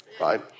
right